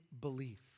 belief